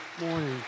morning